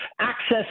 access